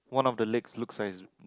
one of the legs looks like